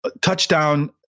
touchdown